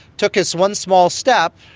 took his one small step,